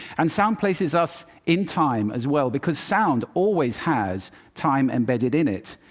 and sound places us in time as well, because sound always has time embedded in it.